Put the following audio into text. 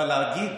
אבל להגיד